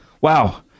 Wow